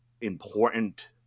important